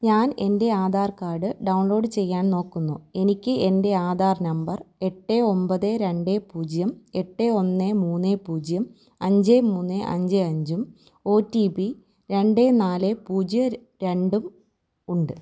ഞാൻ എന്റെ Aadhaar card download ചെയ്യാൻ നോക്കുന്നു എനിക്ക് എന്റെ ആധാർ നമ്പർ എട്ട് ഒമ്പത് രണ്ട് പൂജ്യം എട്ട് ഒന്ന് മൂന്ന് പൂജ്യം അഞ്ച് മൂന്ന് അഞ്ച് അഞ്ചും ഒ ടി പി രണ്ട് നാല് പൂജ്യം രണ്ടും ഉണ്ട്